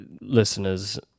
listeners